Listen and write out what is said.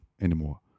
anymore